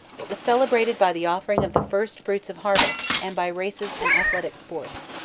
it was celebrated by the offering of the first fruits of harvest, and by races and athletic sports.